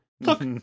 look